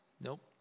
Nope